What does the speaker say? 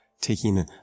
taking